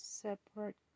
separate